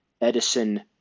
Edison